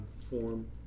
form